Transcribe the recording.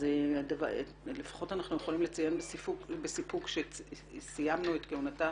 אז לפחות אנחנו יכולים לציין בסיפוק שסיימנו את כהונתה